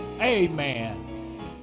Amen